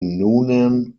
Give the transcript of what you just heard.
noonan